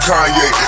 Kanye